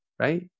Right